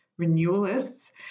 renewalists